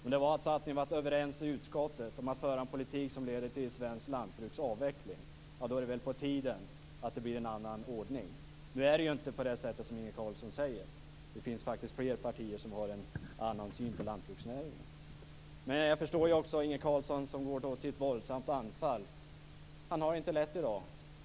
Om vi hade varit överens i utskottet om att föra en politik som leder till svenskt lantbruks avveckling vore det väl på tiden att det blev en annan ordning. Nu är det ju inte som Inge Carlsson säger. Det finns faktiskt fler partier som har en annan syn på lantbruksnäringen. Men jag förstår också att Inge Carlsson går till ett så våldsamt anfall. Han har det inte lätt i dag.